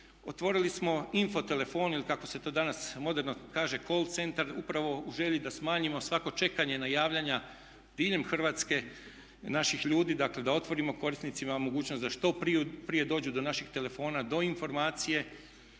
otvorili smo info telefon ili kako se to danas moderno kaže call centar upravo u želji da smanjimo svako čekanje na javljanja diljem Hrvatske naših ljudi, dakle da otvorimo korisnicima mogućnost da što prije dođu do naših telefona, do informacije